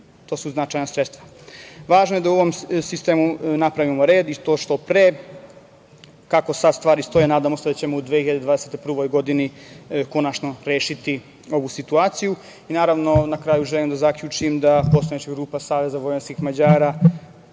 to su značajna sredstva. Važno je da u ovom sistemu napravimo red i to što pre. Kako sada stvari stoje, nadamo se da ćemo u 2021. godini konačno rešiti ovu situaciju. Na kraju, želim da zaključim da poslanička grupa SVM će podržati